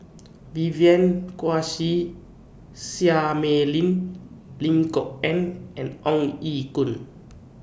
Vivien Quahe Seah Mei Lin Lim Kok Ann and Ong Ye Kung